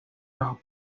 las